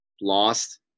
lost